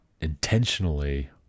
intentionally